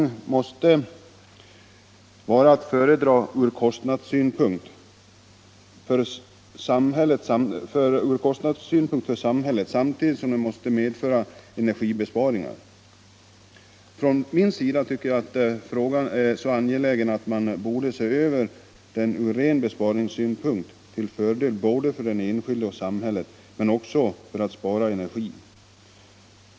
Ur kostnadssynpunkt måste samåkningen vara att föredra för samhället, samtidigt som den måste medföra energibesparingar. För min del tycker jag att frågan är så angelägen att man borde se över den från ren besparingssynpunkt, till fördel både för den enskilde och för samhället men också för att spara energi.